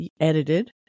edited